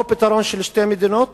או פתרון של שתי מדינות,